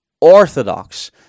orthodox